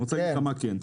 אני רוצה להגיד לך מה כן,